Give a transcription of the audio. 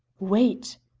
wait,